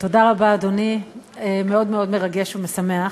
תודה רבה, אדוני, מאוד מאוד מרגש ומשמח,